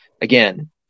again